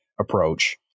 approach